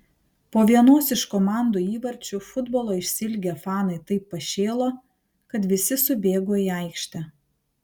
po vienos iš komandų įvarčių futbolo išsiilgę fanai taip pašėlo kad visi subėgo į aikštę